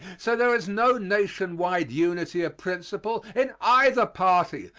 so there is no nation-wide unity of principle in either party,